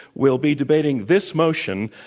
will be debating this motion,